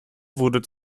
wurde